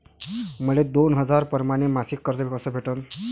मले दोन हजार परमाने मासिक कर्ज कस भेटन?